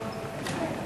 (המשך שידורי חדשות מקומיות בטלוויזיה)